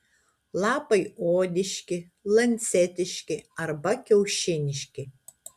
lapai odiški lancetiški arba kiaušiniški